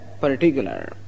particular